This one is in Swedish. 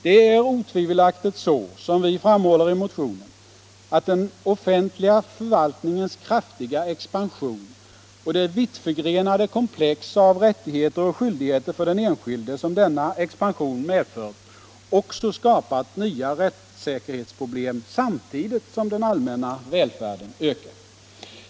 Det är otvivelaktigt så som vi framhåller i motionen, att den offentliga förvaltningens kraftiga expansion och det vittförgrenade komplex av rättigheter och skyldigheter för den enskilde som denna expansion medfört också skapat nya rättssäkerhetsproblem samtidigt som den allmänna välfärden ökat.